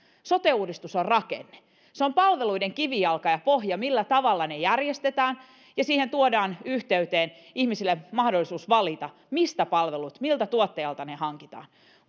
sote uudistus on rakenne se on palveluiden kivijalka ja pohja sille millä tavalla ne järjestetään ja siihen yhteyteen tuodaan ihmisille mahdollisuus valita mistä palvelut hankitaan miltä tuottajalta ne hankitaan